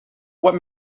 what